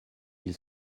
ils